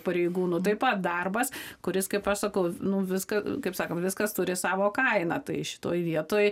pareigūnų taip pat darbas kuris kaip aš sakau viską kaip sakom viskas turi savo kainą tai šitoj vietoj